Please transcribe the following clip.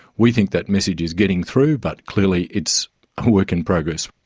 we think that message is getting through, but clearly it's a work in progress.